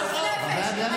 עלוב נפש.